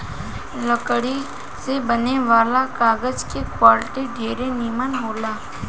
लकड़ी से बने वाला कागज के क्वालिटी ढेरे निमन होला